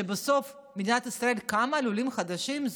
כשבסוף מדינת ישראל קמה על עולים חדשים,